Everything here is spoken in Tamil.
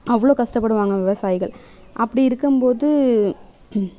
அவ்வளோ கஷ்டப்படுவாங்க விவசாயிகள் அப்படி இருக்கும்போது